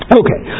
okay